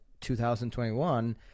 2021